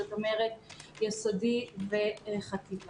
זאת אומרת, יסודי וחטיבה.